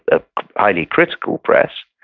a highly critical press.